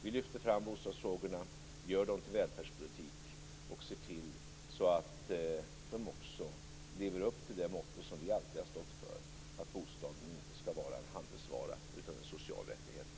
Vi lyfter fram bostadsfrågorna och gör dem till välfärdspolitik. Vi ser till att frågorna lever upp till vårt motto att bostaden inte skall vara en handelsvara utan en social rättighet.